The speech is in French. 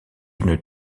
une